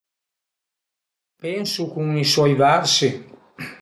Pensu cun i soi versi